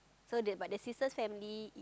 so the but the sister's family